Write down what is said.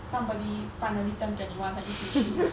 somebody finally turned twenty one 才一起去